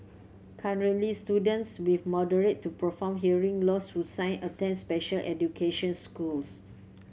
currently students with moderate to profound hearing loss who sign attend special education schools